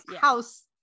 house